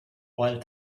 while